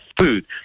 food